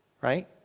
right